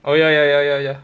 oh ya ya ya ya ya